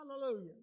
Hallelujah